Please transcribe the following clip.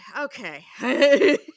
Okay